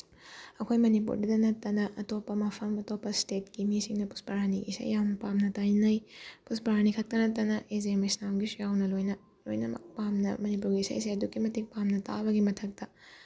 ꯑꯩꯈꯣꯏ ꯃꯅꯤꯄꯨꯔꯗꯇ ꯅꯠꯇꯅ ꯑꯇꯣꯞꯄ ꯃꯐꯝ ꯑꯇꯣꯞꯄ ꯏꯁꯇꯦꯠꯀꯤ ꯃꯤꯁꯤꯡꯅ ꯄꯨꯁꯄꯔꯥꯅꯤꯒꯤ ꯏꯁꯩ ꯌꯥꯝ ꯄꯥꯝꯅ ꯇꯥꯟꯅꯩ ꯄꯨꯁꯄꯔꯥꯅꯤ ꯈꯛꯇ ꯅꯠꯇꯅ ꯑꯦ ꯖꯦ ꯃꯦꯁꯅꯥꯝꯒꯤꯁꯨ ꯌꯥꯎꯅ ꯂꯣꯏꯅ ꯂꯣꯏꯅꯃꯛ ꯄꯥꯝꯅ ꯃꯅꯤꯄꯨꯔꯒꯤ ꯏꯁꯩ ꯑꯁꯦ ꯑꯗꯨꯛꯀꯤ ꯃꯇꯤꯛ ꯄꯥꯝꯅ ꯇꯥꯕꯒꯤ ꯃꯊꯛꯇ